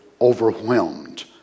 overwhelmed